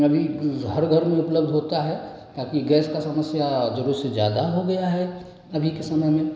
अभी हर घर में उपलब्ध होता है ताकि गैस का समस्या ज़रूरत से ज़्यादा हो गया है अभी के समय में